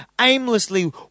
aimlessly